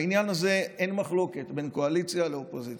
בעניין הזה אין מחלוקת בין קואליציה לאופוזיציה.